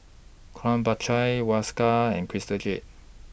Krombacher Whiskas and Crystal Jade